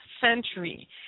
century